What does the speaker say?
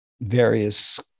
various